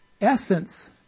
essence